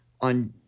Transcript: on